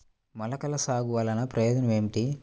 మొలకల సాగు వలన ప్రయోజనం ఏమిటీ?